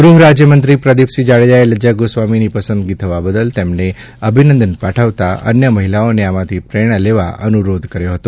ગ્રહરાજયમંત્રી પ્રદિપસિંહ જાડેજાએ લજ્જા ગોસ્વામીની પસંદગી થવા બદલ તેમને અભિનંદન પાઠવતા અન્ય મહિલાઓને આમાંથી પ્રેરણા લેવ અનુરોધ કર્યો છે